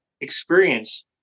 experience